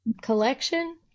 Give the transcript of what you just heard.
collection